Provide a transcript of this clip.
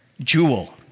jewel